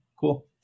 cool